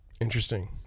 Interesting